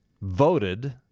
voted